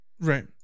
Right